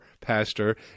pastor